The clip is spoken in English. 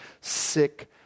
sick